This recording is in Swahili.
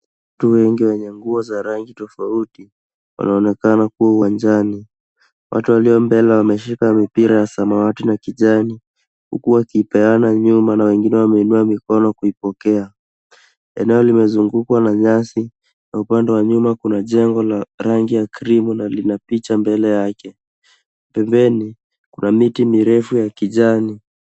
Watu wengi wenye nguo za rangi tofauti wanaonekana kuwa uwanjani. Watu walio mbele wameshika mipira ya samawati na kijani huku wakiipeana nyuma na wengine wameinua mikono kuipokea. Eneo limezungukwa na nyasi na upande wa nyuma kuna jengo la rangi ya krimu na lina picha mbele yake. Pembeni kuna miti mirefu ya kijani.